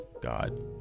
God